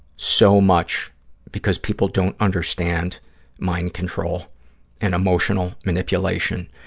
so much because people don't understand mind control and emotional manipulation,